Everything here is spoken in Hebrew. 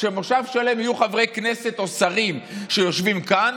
שבמושב שלם יהיו חברי כנסת או שרים שיושבים כאן,